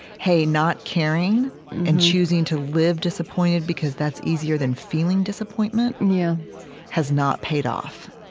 hey, not caring and choosing to live disappointed, because that's easier than feeling disappointment and yeah has not paid off